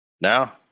Now